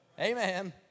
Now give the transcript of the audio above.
amen